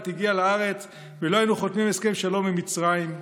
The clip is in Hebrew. הגיע לארץ ולא היינו חותמים על הסכם שלום עם מצרים,